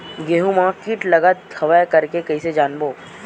गेहूं म कीट लगत हवय करके कइसे जानबो?